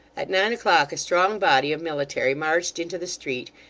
at nine o'clock, a strong body of military marched into the street,